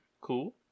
cool